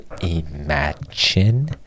imagine